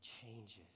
changes